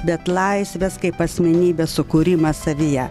bet laisvės kaip asmenybės sukūrimas savyje